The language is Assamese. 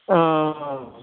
অঁ